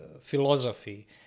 philosophy